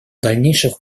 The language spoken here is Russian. дальнейших